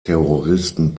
terroristen